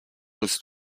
was